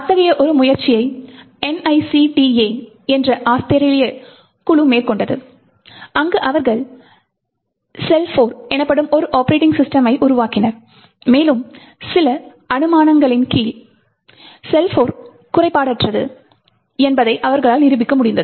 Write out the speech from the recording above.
அத்தகைய ஒரு முயற்சியை NICTA என்ற ஆஸ்திரேலிய குழு மேற்கொண்டது அங்கு அவர்கள் SeL4 எனப்படும் ஒரு ஒப்பரேட்டிங் சிஸ்டம்மை உருவாக்கினர் மேலும் சில அனுமானங்களின் கீழ் SeL4 குறைபாடற்றது என்பதை அவர்களால் நிரூபிக்க முடிந்தது